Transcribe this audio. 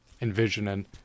Envisioning